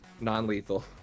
Non-lethal